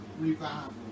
revival